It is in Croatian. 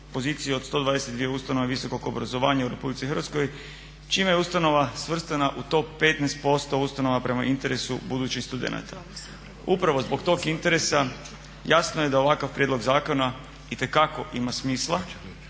poziciju od 122 ustanove visokog obrazovanja u RH čime je ustanova svrstana u top 15% ustanova prema interesu budućih studenata. Upravo zbog tog interesa jasno je da ovakav prijedlog zakona itekako ima smisla